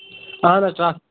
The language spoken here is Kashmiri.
اَہن حظ